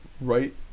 right